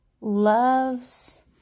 loves